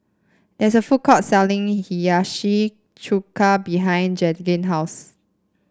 there is a food court selling Hiyashi Chuka behind Jaelynn house